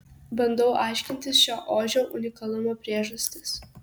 bandau aiškintis šio ožio unikalumo priežastis